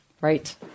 Right